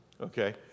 Okay